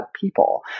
people